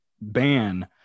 ban